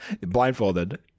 Blindfolded